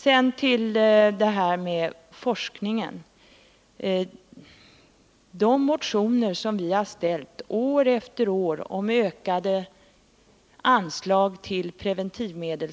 Sedan till detta med forskning: De motionsförslag som vi ställt år efter år om ökade anslag till forskning om preventivmedel